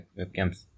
webcams